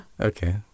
okay